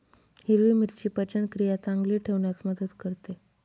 हिरवी मिरची पचनक्रिया चांगली ठेवण्यास मदत करते